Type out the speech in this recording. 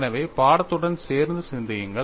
எனவே பாடத்துடன் சேர்ந்து சிந்தியுங்கள்